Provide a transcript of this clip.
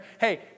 hey